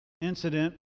incident